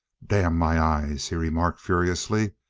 damn my eyes, he remarked furiously,